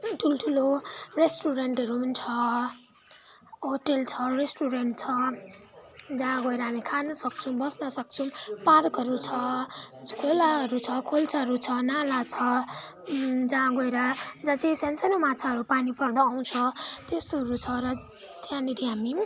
ठुल्ठुलो रोस्टुरेन्टहरू पनि छ होटेल छ रेस्टुरेन्ट छ जहाँ गएर हामी खानु सक्छौँ बस्न सक्छौँ पार्कहरू छ खोलाहरू छ खोल्साहरू छ नाला छ जहाँ गएर जहाँ चाहिँ सानो सानो माछाहरू पानी पर्दा आउँछ त्यस्तोहरू छ र त्यहाँनिर हामी